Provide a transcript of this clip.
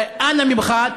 אנא ממך,